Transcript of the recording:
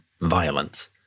violence